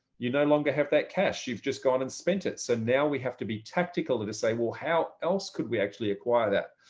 you no longer have that cash, you've just gone and spent it. so now we have to be tactical to to say, well, how else could we actually acquire that?